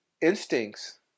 instincts